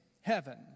heaven